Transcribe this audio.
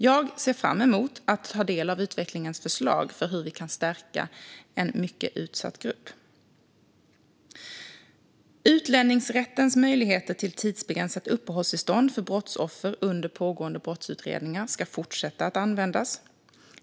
Jag ser fram emot att ta del av utredningens förslag om hur vi kan stärka en mycket utsatt grupp. Utlänningsrättens möjligheter till tidsbegränsat uppehållstillstånd för brottsoffer under pågående brottsutredningar ska fortsätta att användas.